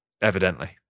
Evidently